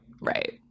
Right